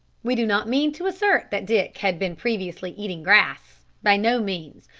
we do not mean to assert that dick had been previously eating grass. by no means.